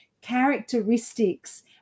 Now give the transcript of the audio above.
characteristics